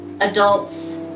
adults